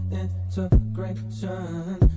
integration